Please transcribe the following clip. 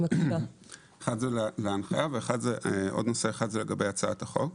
להנחיה ולהצעת החוק.